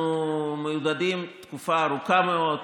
אנחנו מיודדים תקופה ארוכה מאוד.